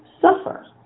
suffer